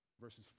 verses